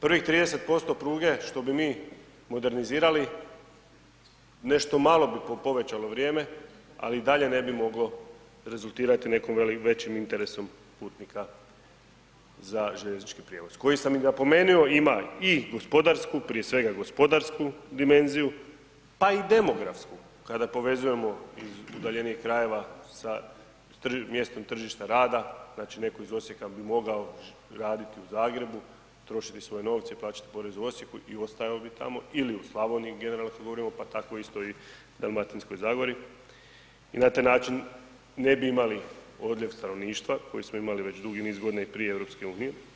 Prvih 30% pruge što bi mi modernizirali nešto malo bi povećalo vrijeme, ali i dalje ne bi moglo rezultirati nekim većim interesom putnika za željeznički prijevoz koji sam i napomenuo ima i gospodarsku, prije svega gospodarsku dimenziju, pa i demografsku kada povezujemo iz udaljenijih krajeva sa mjestom tržišta rada, znači netko iz Osijeka bi mogao raditi u Zagrebu, trošiti svoje novce i plaćati porez u Osijeku i ostajao bi tamo ili u Slavoniji generalno govorimo pa tako isto i u Dalmatinskoj zagori i na taj način ne bi imali odljev stanovništva koji smo imali već dugi niz godina i prije EU.